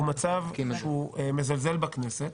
הוא מצב שמזלזל בכנסת.